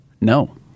no